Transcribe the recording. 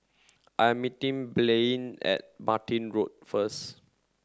I'm meeting Blaine at Martin Road first